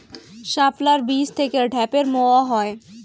শাপলার বীজ থেকে ঢ্যাপের মোয়া হয়?